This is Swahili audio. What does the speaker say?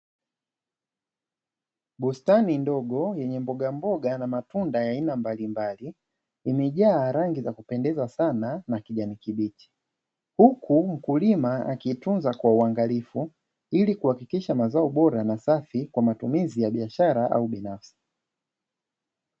Bustani ndogo yenye mbogamboga na matunda ya aina mbalimbali imejaa rangi za kupendeza sana na kijani kibichi huku mkulima akiitunza kwa ungalifu ili kuhakikisha mazao bora na safi kwa matumizi ya kibiashara au binafsi.